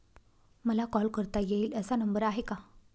मला कॉल करता येईल असा नंबर आहे का?